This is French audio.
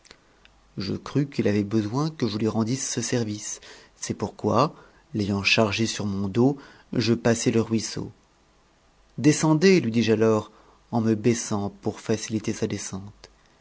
je crus qu'il avait besoin que je lui rendisse ce service c'est pourquoi l'ayant chargé sur mon dos je passai le ruisseau descendez lui dis-je alors en me baissant pour faciliter sa descente